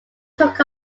took